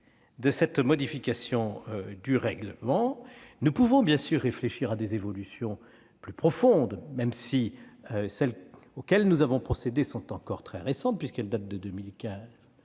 de cette modification du règlement. Nous pouvons, bien sûr, réfléchir à des évolutions plus profondes, même si celles auxquelles nous avons procédé sont encore très récentes puisqu'elles datent de 2015.